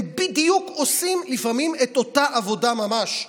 הם עושים לפעמים בדיוק את אותה עבודה ממש.